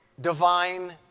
divine